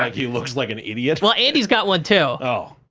like he looks like an idiot. well, andy's got one too. oh.